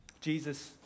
Jesus